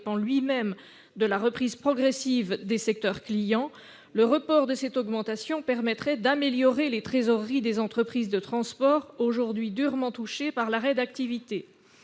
lui-même de la reprise progressive des secteurs clients, le report de cette augmentation permettrait d'améliorer la trésorerie des entreprises de transport, aujourd'hui durement touchées par l'arrêt de leur activité.